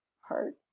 heart